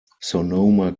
sonoma